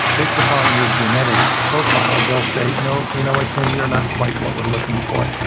based upon your genetic profile, they'll say, no, you know what? tim, you're not quite what we're looking for.